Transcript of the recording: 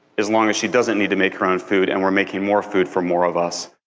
as long as she doesn't need to make her own food, and we're making more food for more of us.